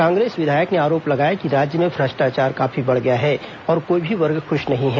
कांग्रेस विधायक ने आरोप लगाया कि राज्य में भ्रष्टाचार काफी बढ़ गया है और कोई भी वर्ग खुश नहीं है